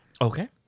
Okay